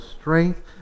strength